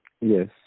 yes